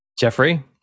Jeffrey